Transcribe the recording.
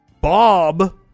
Bob